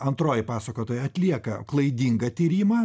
antroji pasakotoja atlieka klaidingą tyrimą